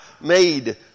made